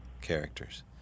characters